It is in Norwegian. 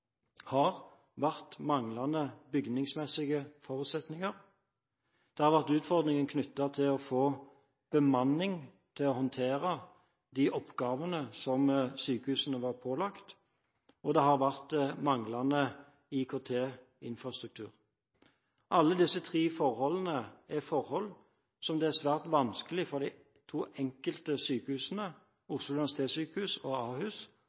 har vært manglende bygningsmessige forutsetninger, det har vært utfordringer knyttet til å få bemanning til å håndtere de oppgavene som sykehusene var pålagt, og det har vært manglende IKT-infrastruktur. Alle disse tre forholdene er forhold som det er svært vanskelig for de enkelte sykehusene, Oslo universitetssykehus og Ahus,